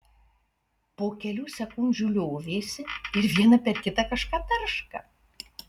po kelių sekundžių liovėsi ir viena per kitą kažką tarška